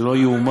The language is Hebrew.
זה לא ייאמן